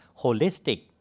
holistic